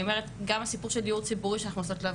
גם הסיפור של דיור ציבורי שאנחנו עושות עליו